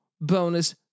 bonus